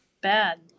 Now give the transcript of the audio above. Bad